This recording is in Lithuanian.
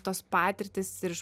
tos patirtys ir iš